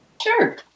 Sure